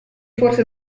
forse